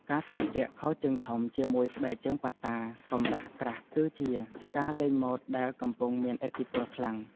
ការស្លៀកពាក់ខោជើងធំជាមួយស្បែកជើងប៉ាតាកម្រាស់ក្រាស់គឺ ជាការលេងម៉ូដដែលកំពុងមានឥទ្ធិពលខ្លាំង។